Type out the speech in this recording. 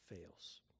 fails